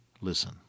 Listen